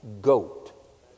goat